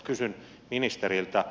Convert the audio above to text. kysyn ministeriltä